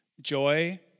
joy